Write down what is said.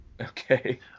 Okay